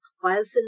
pleasant